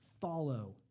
follow